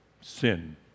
Sin